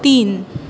तीन